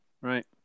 Right